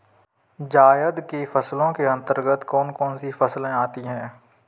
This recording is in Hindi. जायद की फसलों के अंतर्गत कौन कौन सी फसलें आती हैं?